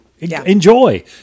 Enjoy